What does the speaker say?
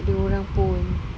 tak ada orang pun